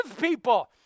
people